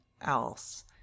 else